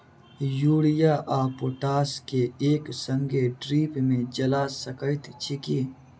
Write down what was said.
Urea आ potash केँ एक संगे ड्रिप मे चला सकैत छी की?